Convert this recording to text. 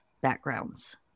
backgrounds